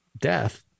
death